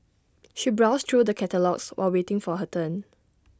she browsed through the catalogues while waiting for her turn